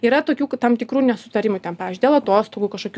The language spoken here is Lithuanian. yra tokių k tam tikrų nesutarimų ten pavyzdžiui dėl atostogų kažkokių